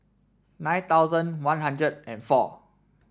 nine thousand One Hundred and four